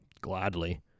gladly